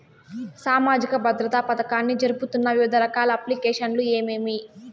సామాజిక భద్రత పథకాన్ని జరుపుతున్న వివిధ రకాల అప్లికేషన్లు ఏమేమి?